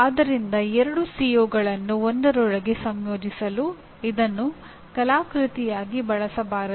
ಆದ್ದರಿಂದ ಎರಡು ಸಿಒಗಳನ್ನು ಒಂದರೊಳಗೆ ಸಂಯೋಜಿಸಲು ಇದನ್ನು ಕಲಾಕೃತಿಯಾಗಿ ಬಳಸಬಾರದು